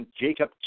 Jacob